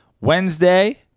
Wednesday